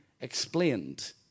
explained